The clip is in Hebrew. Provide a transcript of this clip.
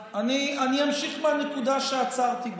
אני אמשיך מהנקודה שעצרתי בה.